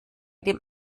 dem